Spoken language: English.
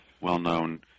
well-known